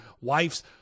wife's